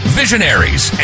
visionaries